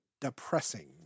depressing